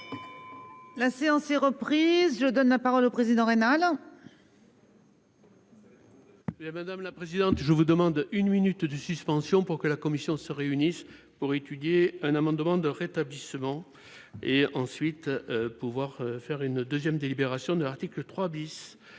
La séance est reprise. Je donne la parole au président rénale. Madame la présidente, je vous demande une minute de suspension pour que la commission se réunissent pour étudier un amendement de rétablissement et ensuite. Pouvoir faire une 2ème, délibération de l'article 3 bis